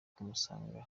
kumusanga